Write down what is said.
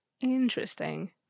Interesting